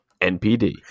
npd